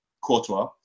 Courtois